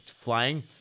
flying